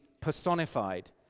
personified